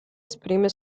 esprime